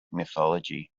mythology